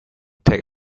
take